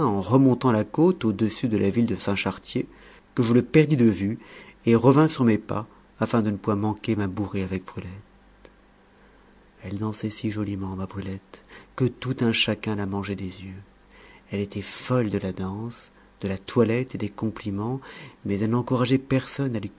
en remontant la côte au-dessus de la ville de